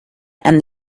and